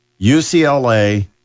UCLA